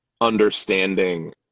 understanding